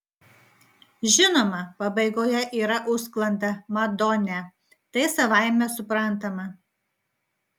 žinoma pabaigoje yra užsklanda madone tai savaime suprantama